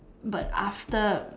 but after